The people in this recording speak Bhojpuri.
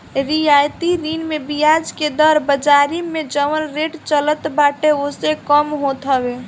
रियायती ऋण में बियाज के दर बाजारी में जवन रेट चलत बाटे ओसे कम होत हवे